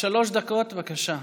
שלוש דקות, בבקשה.